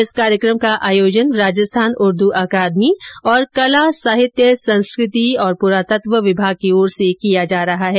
इस कार्यक्रम का आयोजन राजस्थान उर्दू अकादमी और कला साहित्य संस्कृति और पुरातत्व विभाग की ओर से किया जा रहा है